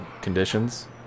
conditions